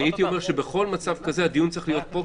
אני הייתי אומר שבכל מצב כזה הדיון צריך להיות פה,